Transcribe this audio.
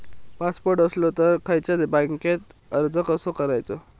Passport असलो तर खयच्या बँकेत अर्ज कसो करायचो?